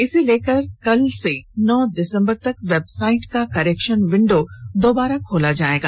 इसे लेकर कल से नौ दिसंबर तक वेबसाइट का करेक्शन विंडो दोबारा खोला जायेगा